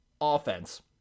offense